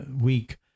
week